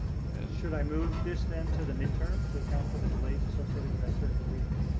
should i move this then to the midterm to account for the delays associated with that certification?